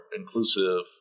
inclusive